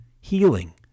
healing